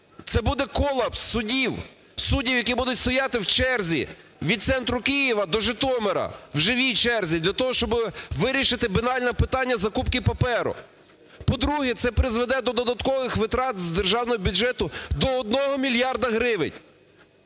Це буде колапс судів, суддів, які будуть стояти в черзі від центру Києва до Житомира, в живій черзі для того, щоби вирішити банальне питання закупки паперу. По-друге, це призведе до додаткових витрат з державного бюджету до 1 мільярда гривень.